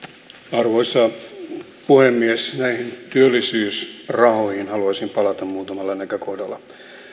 arvoisa puhemies näihin työllisyysrahoihin haluaisin palata muutamalla näkökohdalla